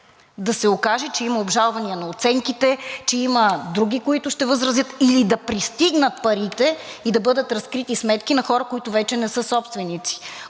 да се окаже, че има обжалвания на оценките, че има други, които възразят, или да пристигнат парите и да бъдат разкрити сметки на хора, които вече не са собственици.